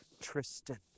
Tristan